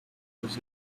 was